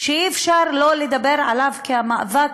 שאי-אפשר לא לדבר עליו כעל המאבק,